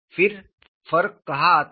फिर फर्क कहाँ आता है